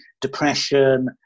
depression